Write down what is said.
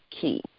key